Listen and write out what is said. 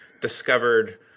discovered